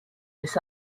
this